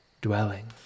dwelling